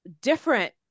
different